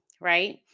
right